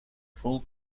full